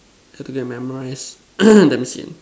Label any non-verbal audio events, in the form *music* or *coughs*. have to go and memorize *coughs* damn Sian